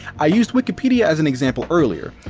i used wikipedia as an example earlier,